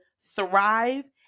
thrive